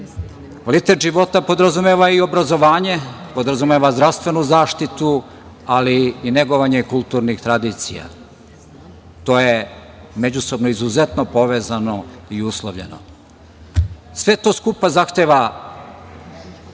Kvalitet života podrazumeva i obrazovanje, podrazumeva zdravstvenu zaštitu, ali i negovanje kulturnih tradicija. To je međusobno izuzetno povezano i uslovljeno. Sve to skupa zahteva